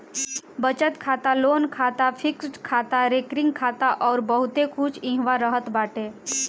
बचत खाता, लोन खाता, फिक्स्ड खाता, रेकरिंग खाता अउर बहुते कुछ एहवा रहत बाटे